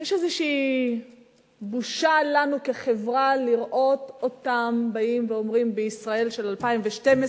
יש איזו בושה לנו כחברה לראות אותם באים ואומרים בישראל של 2012: